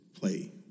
play